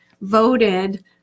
voted